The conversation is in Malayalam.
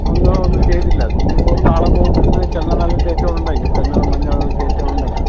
ഒന്നോ ഒന്നും ചെയ്തില്ല അത് ഇന്ന് പോകും നാളെ പോകും തേച്ചോണ്ട്ണ്ടായിന് ചന്ദനവും മഞ്ഞൾ എല്ലാം തേച്ചോണ്ട്ണ്ടായിന്